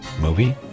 movie